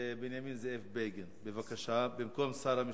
בנימין זאב בגין, במקום שר המשפטים.